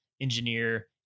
engineer